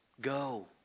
Go